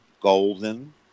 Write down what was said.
golden